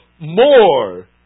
more